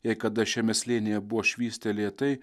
jei kada šiame slėnyje buvo švystelėję tai